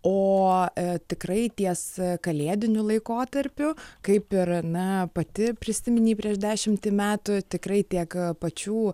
o tikrai ties kalėdiniu laikotarpiu kaip ir na pati prisiminei prieš dešimtį metų tikrai tiek pačių